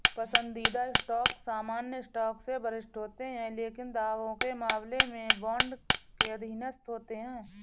पसंदीदा स्टॉक सामान्य स्टॉक से वरिष्ठ होते हैं लेकिन दावों के मामले में बॉन्ड के अधीनस्थ होते हैं